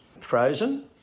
frozen